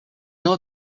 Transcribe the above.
know